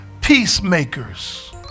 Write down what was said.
peacemakers